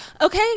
okay